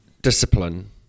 discipline